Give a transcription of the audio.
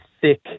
thick